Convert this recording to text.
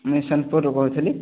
ମୁଁ ସୋନପୁରରୁ କହୁଥିଲି